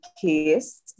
case